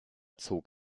zog